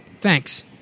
thanks